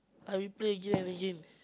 I replay again and again